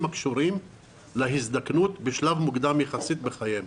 הקשורים להזדקנות בשלב מוקדם יחסית בחייהם.